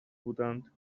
بودند